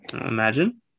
Imagine